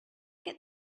get